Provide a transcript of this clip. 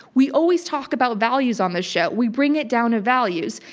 we always talk about values on this show. we bring it down to values.